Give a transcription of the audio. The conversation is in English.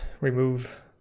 remove